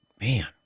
Man